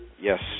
Yes